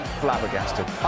flabbergasted